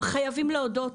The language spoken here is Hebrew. חייבים להודות,